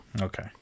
okay